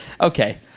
Okay